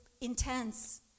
intense